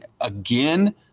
again